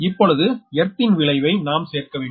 இப்பொழுது எர்த் ன் விளைவை நாம் சேர்க்க வேண்டும்